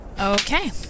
Okay